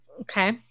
Okay